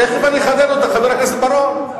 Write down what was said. תיכף אני אחדד אותה, חבר הכנסת בר-און.